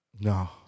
No